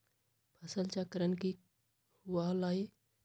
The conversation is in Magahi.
फसल चक्रण की हुआ लाई?